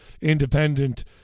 independent